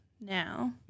now